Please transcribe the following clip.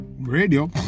Radio